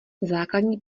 základní